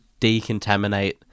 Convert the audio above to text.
decontaminate